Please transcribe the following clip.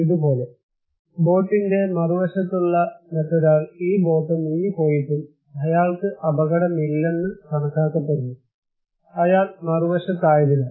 ഇത് പോലെ ബോട്ടിന്റെ മറുവശത്തുള്ള മറ്റൊരാൾ ഈ ബോട്ട് മുങ്ങിപ്പോയിട്ടും അയാൾക്ക് അപകടമില്ലെന്ന് കണക്കാക്കപ്പെടുന്നു അയാൾ മറുവശത്തായതിനാൽ